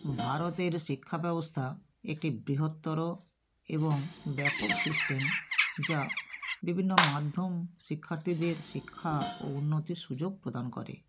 ভারতের শিক্ষাব্যবস্থা একটি বৃহত্তর এবং ব্যাপক সিস্টেম যা বিভিন্ন মাধ্যম শিক্ষার্থীদের শিক্ষা ও উন্নতির সুযোগ প্রদান করে